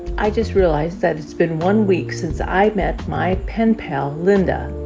i just realized that it's been one week since i met my pen pal, linda,